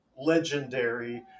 legendary